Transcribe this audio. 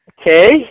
Okay